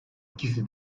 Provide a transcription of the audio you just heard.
ikisi